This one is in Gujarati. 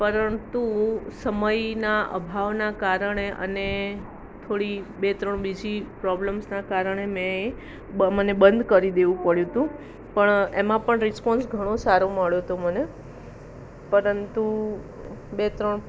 પરંતુ સમયના અભાવનાં કારણે અને થોડી બે ત્રણ બીજી પ્રોબલમ્સનાં કારણે મેં એ મને બંધ કરી દેવું પડ્યું હતું પણ એમાં પણ રિસ્પોન્સ ઘણો સારો મળ્યો હતો મને પરંતુ બે ત્રણ